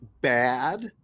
bad